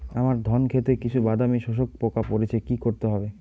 আমার ধন খেতে কিছু বাদামী শোষক পোকা পড়েছে কি করতে হবে?